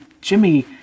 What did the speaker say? Jimmy